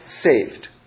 saved